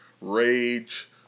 rage